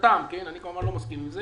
לשיטתם אני כמובן לא מסכים עם זה